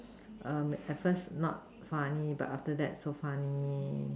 um at first not funny but after that so funny